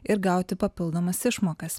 ir gauti papildomas išmokas